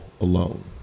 alone